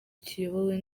kiyobowe